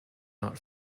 not